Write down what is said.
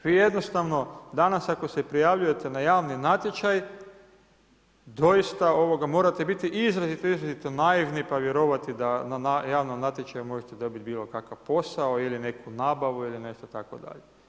Vi jednostavno, danas ako se prijavljujete na javni natječaj, doista morate biti izrazito naivni pa vjerovati da na javnom natječaju možete dobiti bilo kakav posao ili neku nabavu ili nešto tako dalje.